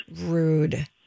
Rude